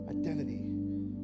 identity